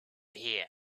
here